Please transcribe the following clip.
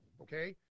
okay